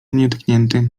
nietknięty